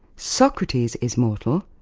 socrates is mortal.